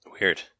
Weird